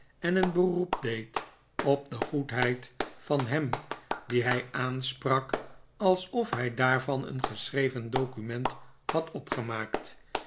en een beroep deed op de goedheid van hem dien hij aansprak alsof hij daarvan een geschreven document had opgemaakt